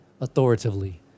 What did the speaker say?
authoritatively